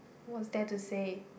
what's there to say